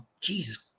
jesus